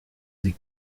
sie